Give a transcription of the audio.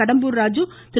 Kadambur Raju Thiru